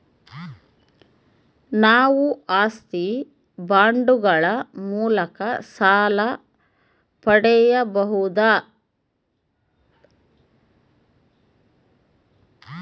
ನಾವು ಆಸ್ತಿ ಬಾಂಡುಗಳ ಮೂಲಕ ಸಾಲ ಪಡೆಯಬಹುದಾ?